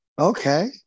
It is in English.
okay